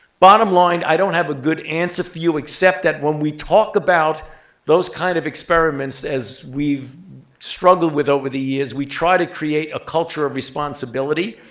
bottom line, i don't have a good answer for you except that when we talk about those kind of experiments as we've struggle with over the years, we try to create a culture of responsibility.